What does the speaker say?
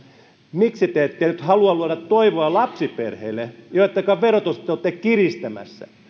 miksi te ette nyt halua luoda toivoa lapsiperheille joittenka verotusta te olette kiristämässä